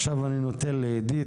עכשיו אני נותן לאידית,